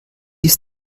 ist